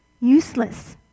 useless